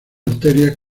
arterias